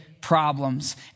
problems